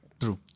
True